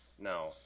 No